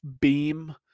beam